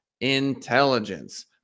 intelligence